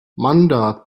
mandát